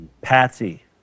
Patsy